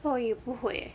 我也不会 eh